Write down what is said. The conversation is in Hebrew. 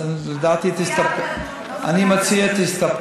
אז לדעתי תסתפקו בתשובה.